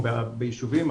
או בישובים,